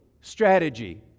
strategy